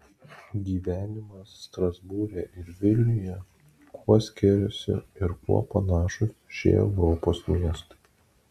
gyvenimas strasbūre ir vilniuje kuo skiriasi ir kuo panašūs šie europos miestai